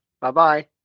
Bye-bye